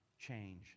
change